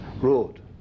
road